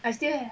I still